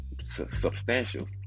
substantial